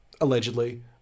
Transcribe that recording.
allegedly